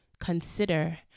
consider